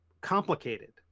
complicated